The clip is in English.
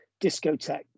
discotheque